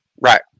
Right